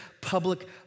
public